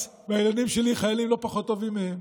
והילדים שלי חיילים לא פחות טובים מהם,